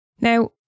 Now